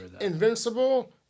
Invincible